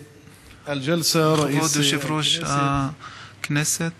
כבוד יושב-ראש הישיבה, יושב-ראש הכנסת